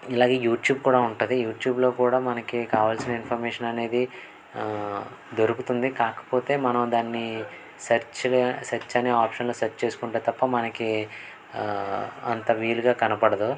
ఇలాగే యూట్యూబ్ కూడా ఉంటుంది యూట్యూబ్లో కూడా మనకి కావాల్సిన ఇన్ఫర్మేషన్ అనేది దొరుకుతుంది కాకపోతే మనం దాన్ని సెర్చ్గా సెర్చ్ అనే ఆప్షన్లో సెర్చ్ చేసుకుంటే తప్ప మనకి అంత వీలుగా కనపడదు